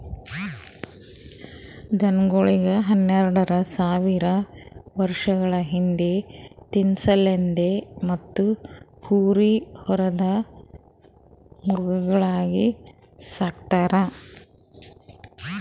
ದನಗೋಳಿಗ್ ಹನ್ನೆರಡ ಸಾವಿರ್ ವರ್ಷಗಳ ಹಿಂದ ತಿನಸಲೆಂದ್ ಮತ್ತ್ ಹೋರಿ ಹೊರದ್ ಮೃಗಗಳಾಗಿ ಸಕ್ತಾರ್